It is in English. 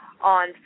on